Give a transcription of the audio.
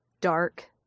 dark